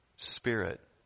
Spirit